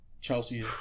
Chelsea